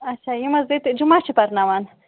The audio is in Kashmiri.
اچھا یِم حظ ییٚتہِ جُمعہ چھِ پَرناوان